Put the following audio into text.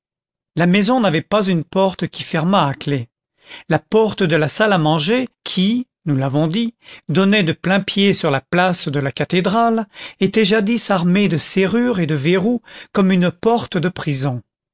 la maison n'avait pas une porte qui fermât à clef la porte de la salle à manger qui nous l'avons dit donnait de plain-pied sur la place de la cathédrale était jadis armée de serrures et de verrous comme une porte de prison